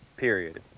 Period